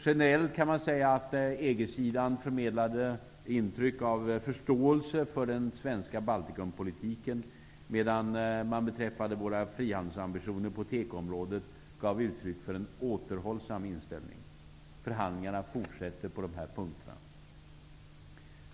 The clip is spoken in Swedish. Generellt förmedlade EG-sidan förståelse för den svenska Baltikumpolitiken medan man beträffande våra frihandelsambitioner på tekoområdet gav uttryck för en återhållsam inställning. Förhandlingarna kommer att fortsätta.